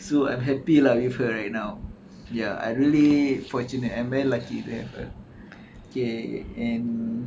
so I'm happy lah with her right now ya I really fortunate and very lucky to have her okay